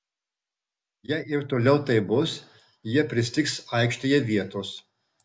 jei ir toliau taip bus jie pristigs aikštėje vietos